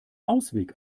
ausweg